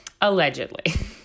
Allegedly